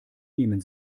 nehmen